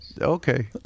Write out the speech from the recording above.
Okay